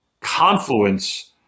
confluence